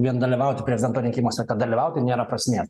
vien dalyvauti prezidento rinkimuose kad dalyvauti nėra prasmės